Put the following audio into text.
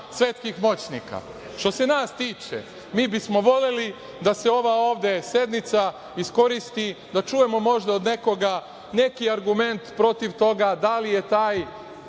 svetskih moćnika. Što se nas tiče, mi bismo voleli da se ova ovde sednica iskoristi da čujemo možda od nekoga neki argument protiv toga da li je taj